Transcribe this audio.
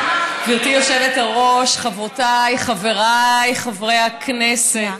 גברתי היושבת-ראש, חברותיי, חבריי חברי הכנסת.